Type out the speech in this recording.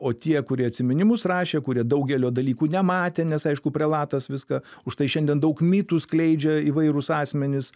o tie kurie atsiminimus rašė kurie daugelio dalykų nematė nes aišku prelatas viską užtai šiandien daug mitų skleidžia įvairūs asmenys